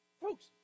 Folks